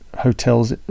hotels